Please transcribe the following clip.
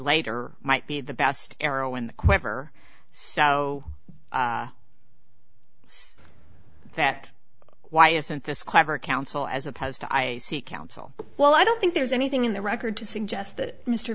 later might be the best arrow in the quiver so that why isn't this clever counsel as opposed to i seek counsel well i don't think there's anything in the record to suggest that mr